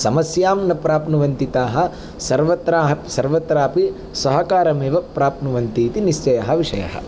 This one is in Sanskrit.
समस्यां न प्राप्नुवन्ति ताः सर्वत्राः सर्वत्रापि सहकारम् एव प्राप्नुवन्ति इति निश्चयः विषयः